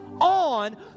on